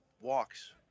walks